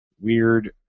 weird